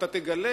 אתה תגלה